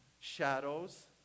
shadows